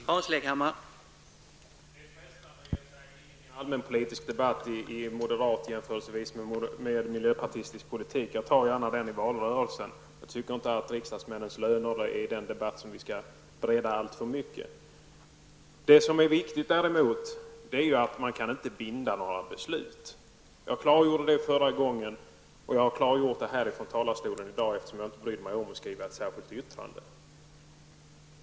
Herr talman! Det är frestande att ge sig in i en allmänpolitisk debatt och jämföra moderat politik med miljöpartistisk politik. Jag tar gärna den debatten i valrörelsen. Jag tycker inte att debatten om riksdagsmännens löner skall breddas alltför mycket. Det viktiga är att våra beslut inte kan bindas. Jag klargjorde detta förra gången ärendet var uppe till behandling, och jag har klargjort det från talarstolen i dag eftersom jag inte har brytt mig om att skriva ett särskilt yttrande denna gång.